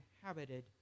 inhabited